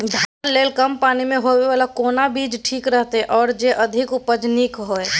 धान लेल कम पानी मे होयबला केना बीज ठीक रहत आर जे अधिक उपज नीक होय?